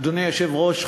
אדוני היושב-ראש,